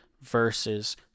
versus